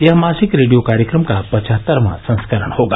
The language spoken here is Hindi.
यह मासिक रेडियो कार्यक्रम का पचहत्तरवां संस्करण होगा